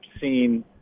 seen